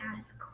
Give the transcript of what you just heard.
ask